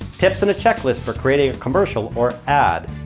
tips and a checklist for creating a commercial or ad.